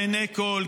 לעיני כול,